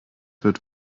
wird